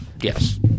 Yes